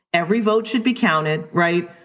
every vote should be counted, right?